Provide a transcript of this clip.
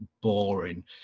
boring